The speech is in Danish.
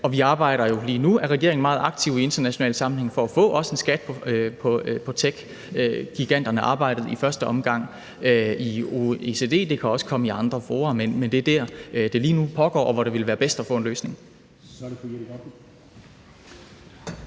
skal betales. Og lige nu er regeringen jo meget aktiv i internationale sammenhænge for også at få en skat på techgiganterne. Arbejdet er i første omgang i OECD, og det kan komme i andre fora, men det er der, det lige nu pågår, og hvor det ville være bedst at få en løsning.